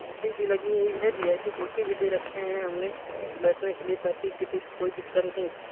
ए C भी लगी हुई है बी आई पी कुर्सी भी दे रखे हैं हमने बैठने के लिए ताकि किसी को कोई दिक्कत नहीं हो